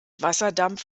wasserdampf